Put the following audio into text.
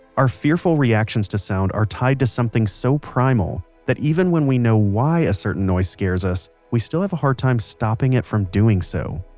our fearful reactions to sound are tied to something so primal, that even when we know why a certain noise scares us, we still have a hard time stopping it from doing so,